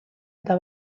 eta